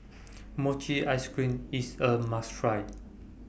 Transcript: Mochi Ice Cream IS A must Try